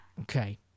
Okay